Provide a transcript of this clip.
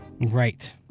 Right